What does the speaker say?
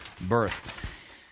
birth